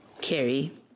Carrie